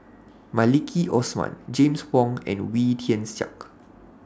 Maliki Osman James Wong and Wee Tian Siak